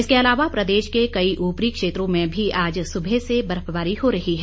इसके अलावा प्रदेश के कई ऊपरी क्षेत्रों में भी आज सुबह से बर्फबारी हो रही है